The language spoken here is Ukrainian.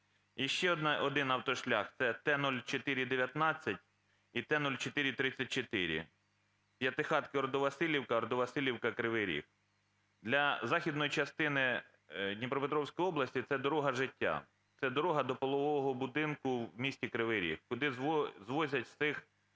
І ще один автошлях – це Т 0419 і Т 0434 (П'ятихатки -Ордо-Василівка, Ордо-Василівка - Кривий Ріг). Для західної частини Дніпропетровської області це "дорога життя", це дорога до пологового будинку в місті Кривий Ріг, куди звозять всіх